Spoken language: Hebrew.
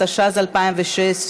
התשע"ז 2016,